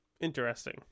Interesting